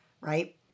right